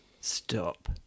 Stop